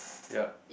ya